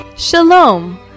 Shalom